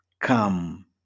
come